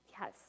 yes